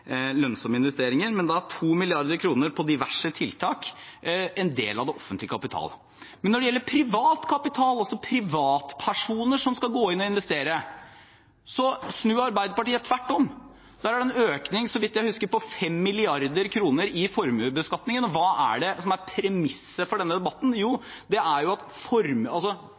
lønnsomme investeringer, men da er 2 mrd. kr på diverse tiltak en del av den offentlige kapitalen. Men når det gjelder privat kapital, altså privatpersoner som skal gå inn og investere, snur Arbeiderpartiet tvert om. Da er det en økning, så vidt jeg husker, på 5 mrd. kr i formuesbeskatningen, og hva er det som er premisset for denne debatten? Jo, det er at kapital som beskattes, gjør at